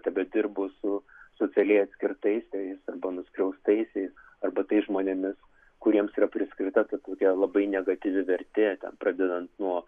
tebedirbu su socialiai atskirtaisiais arba nuskriaustaisiais arba tais žmonėmis kuriems yra priskirta tokia labai negatyvi vertė ten pradedant nuo